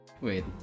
Wait